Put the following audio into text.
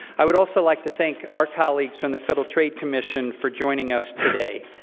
i would also like to thank our colleagues from the federal trade commission for joining us today.